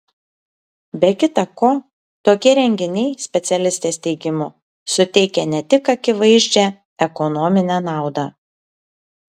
be kita ko tokie renginiai specialistės teigimu suteikia ne tik akivaizdžią ekonominę naudą